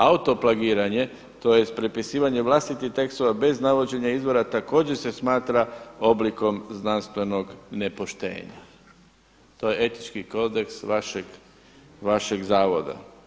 Autoplagiranje tj. prepisivanje vlastitih tekstova bez navođenja izvora također se smatra oblikom znanstvenog nepoštenja.“ To je Etički kodeks vašeg Zavoda.